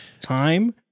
time